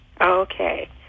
Okay